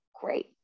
great